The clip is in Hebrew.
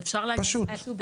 אפשר להגיד משהו?